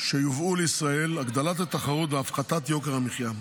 שייובאו לישראל, הגדלת התחרות והפחתת יוקר המחיה.